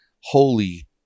holy